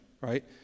right